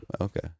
Okay